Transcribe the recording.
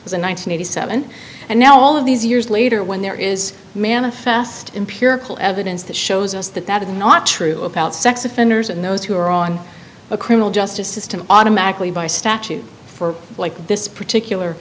hundred seven and now all of these years later when there is manifest empirical evidence that shows us that that is not true about sex offenders and those who are on a criminal justice system automatically by statute for like this particular